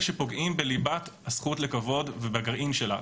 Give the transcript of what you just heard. שפוגעים בליבת הזכות לכבוד ובגרעין שלה.